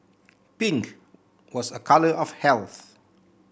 pink was a colour of health